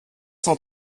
cent